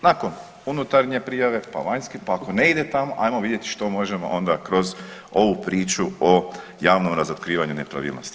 Nakon unutarnje prijave, pa vanjske pa ako ne ide tamo ajmo vidjet što možemo onda kroz ovu priču o javnom razotkrivanju nepravilnosti.